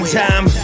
time